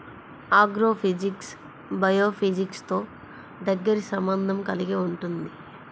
agrophysics బయోఫిజిక్స్తో దగ్గరి సంబంధం కలిగి ఉంటుంది